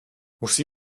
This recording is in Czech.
musí